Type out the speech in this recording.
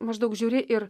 maždaug žiūri ir